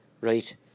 right